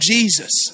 Jesus